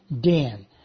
Dan